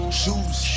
shoes